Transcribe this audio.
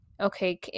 Okay